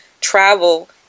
travel